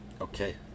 Okay